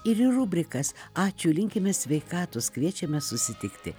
ir į rubrikas ačiū linkime sveikatos kviečiame susitikti